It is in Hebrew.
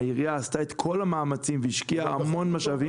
והעירייה עשתה את כל המאמצים והשקיעה המון משאבים.